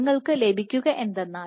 നിങ്ങൾക്ക് ലഭിക്കുക എന്തെന്നാൽ